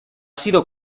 sido